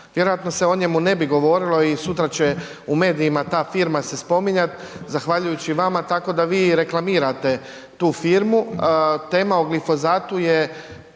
Vjerojatno se o njemu ne bi govorilo i sutra će u medijima ta firma se spominjat zahvaljujući vama tako da vi reklamirate tu firmu. Tema o glifosatu je